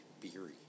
beery